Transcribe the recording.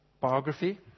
biography